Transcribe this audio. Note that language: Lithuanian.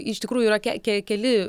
iš tikrųjų yra ke ke keli